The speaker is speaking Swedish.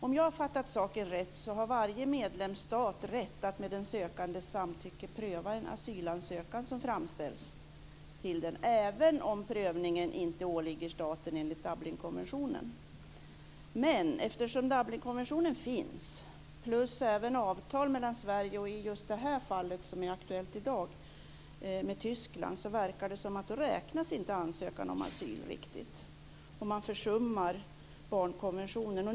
Om jag har fattat saken rätt har varje medlemsstat rätt att med den sökandes samtycke pröva en asylansökan som framställs, även om prövningen inte åligger staten enligt Dublinkonventionen. Men eftersom Dublinkonventionen finns och även ett avtal mellan Sverige och Tyskland, just i det fall som är aktuellt i dag, verkar det som om ansökan om asyl inte riktigt räknas, och man försummar barnkonventionen.